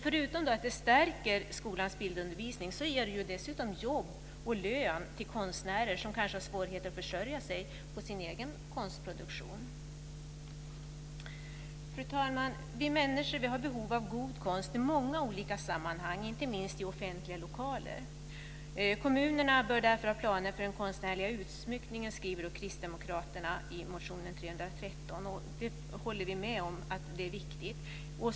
Förutom att det stärker skolans bildundervisning ger det jobb och lön till konstnärer som kanske har svårigheter att försörja sig på sin egen konstproduktion. Fru talman! Vi människor har behov av god konst i många olika sammanhang, inte minst i offentliga lokaler. Kommunerna bör därför ha planer för den konstnärliga utsmyckningen, skriver kristdemokraterna i motion 313. Vi håller med om att det är viktigt.